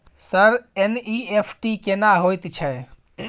Sir NEFT केना होयत छै?